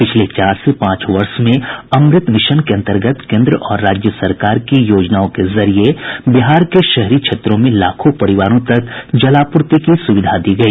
पिछले चार से पांच वर्ष में अमृत मिशन के अंतर्गत केन्द्र और राज्य सरकार की योजनाओं के जरिये बिहार के शहरी क्षेत्रों में लाखों परिवारों तक जलापूर्ति की सुविधा दी गई